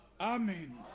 Amen